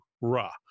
ra